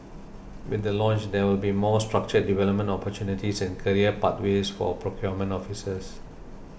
with the launch there will be more structured development opportunities and career pathways for procurement officers